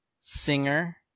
singer